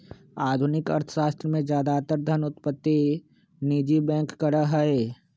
आधुनिक अर्थशास्त्र में ज्यादातर धन उत्पत्ति निजी बैंक करा हई